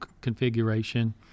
configuration